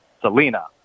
Selena